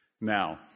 Now